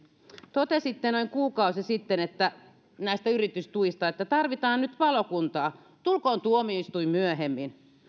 totesitte noin kuukausi sitten näistä yritystuista että tarvitaan nyt palokuntaa tulkoon tuomioistuin myöhemmin